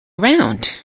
around